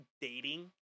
dating